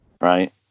right